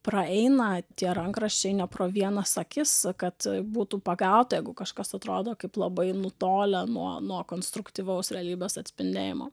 praeina tie rankraščiai ne pro vienas akis kad būtų pagauta jeigu kažkas atrodo kaip labai nutolę nuo nuo konstruktyvaus realybės atspindėjimo